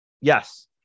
Yes